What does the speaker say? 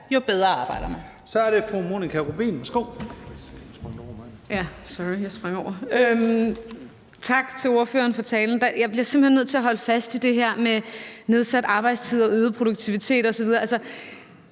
Rubin. Værsgo. Kl. 20:53 Monika Rubin (M): Tak til ordføreren for talen. Jeg bliver simpelt hen nødt til at holde fast i det her med nedsat arbejdstid og øget produktivitet osv.